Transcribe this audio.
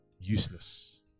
useless